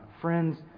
friends